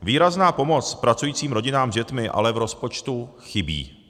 Výrazná pomoc pracujícím rodinám s dětmi ale v rozpočtu chybí.